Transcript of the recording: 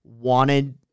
wanted